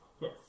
Yes